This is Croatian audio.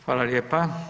Hvala lijepa.